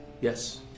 Yes